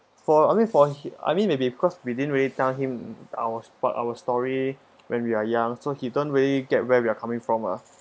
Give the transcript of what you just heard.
for I mean for he I mean maybe because we didn't really tell him our spot our story when we are young so he don't really get where we're coming from ah